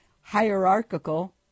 hierarchical